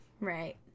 Right